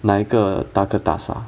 哪一个大个大厦